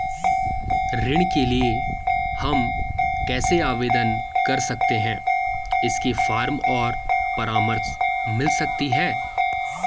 ऋण के लिए हम कैसे आवेदन कर सकते हैं इसके फॉर्म और परामर्श मिल सकती है?